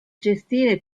gestire